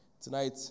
Tonight